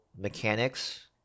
mechanics